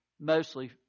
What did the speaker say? Mostly